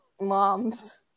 moms